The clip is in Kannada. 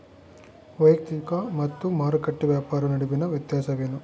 ವೈಯಕ್ತಿಕ ಮತ್ತು ಮಾರುಕಟ್ಟೆ ವ್ಯಾಪಾರ ನಡುವಿನ ವ್ಯತ್ಯಾಸವೇನು?